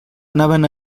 anaven